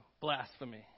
blasphemy